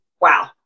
wow